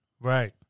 right